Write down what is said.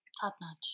top-notch